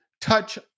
touch